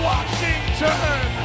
Washington